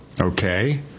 Okay